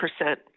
percent